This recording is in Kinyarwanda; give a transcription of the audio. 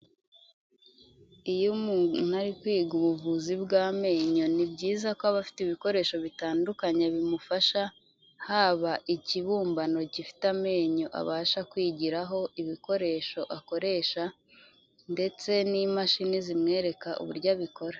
Iyo umuntu ari kwiga ubuvuzi bw'amenyo ni byiza ko aba afite ibikoresho bitandukanye bimufasha, haba ikibumbano gifite amenyo abasha kwigiraho, ibikoresho akoresha ndetse n'imashini zimwereka uburyo abikora.